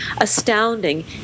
astounding